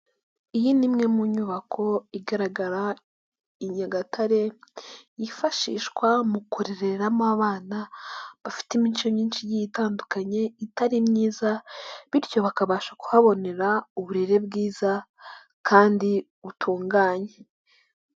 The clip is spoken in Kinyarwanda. Iyi ni imwe mu nyubako igaragara i Nyagatare yifashishwa mu kurereramo abana bafite imico myinshi igiye itandukanye itari myiza bityo bakabasha kuhabonera uburere bwiza kandi butunganye.